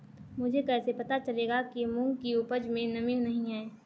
मुझे कैसे पता चलेगा कि मूंग की उपज में नमी नहीं है?